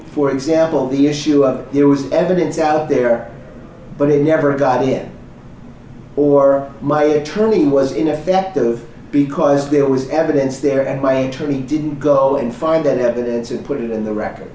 for example the issue of there was evidence out there but it never got here or my it truly was ineffective because there was evidence there and my tree didn't go and find that evidence and put it in the record